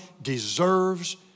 deserves